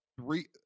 three